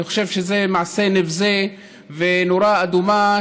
אני חושב שזה מעשה נבזי ונורה אדומה.